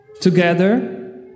Together